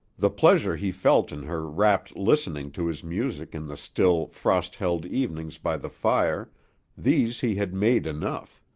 the pleasure he felt in her rapt listening to his music in the still, frost-held evenings by the fire these he had made enough.